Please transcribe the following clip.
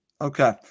Okay